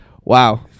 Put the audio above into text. Wow